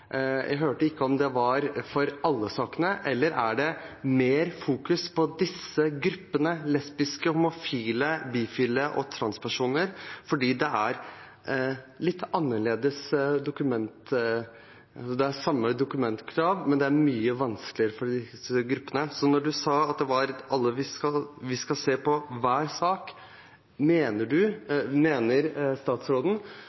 Jeg hørte ikke om det var for alle sakene, eller er det mer fokus på disse gruppene, altså lesbiske, homofile, bifile og transpersoner? Det er samme dokumentkrav, men det er mye vanskeligere for disse gruppene. Så når statsråden sa at vi skal se på hver sak, mener hun at de bruker mer tid for å se på